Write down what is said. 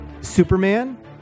Superman